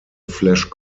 flash